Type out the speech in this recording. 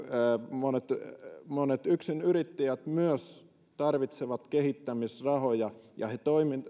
myös monet yksinyrittäjät tarvitsevat kehittämisrahoja ja he